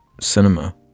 cinema